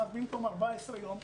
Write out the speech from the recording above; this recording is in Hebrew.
ואז במקום 14 ימים,